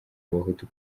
abahutu